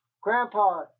Grandpa